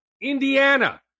Indiana